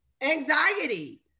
anxiety